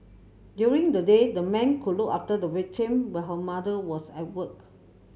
during the day the man could look after the victim while her mother was at work